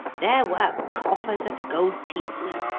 there were coffers of gold pieces,